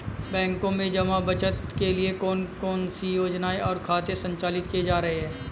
बैंकों में जमा बचत के लिए कौन कौन सी योजनाएं और खाते संचालित किए जा रहे हैं?